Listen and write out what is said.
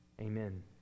Amen